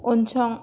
उनसं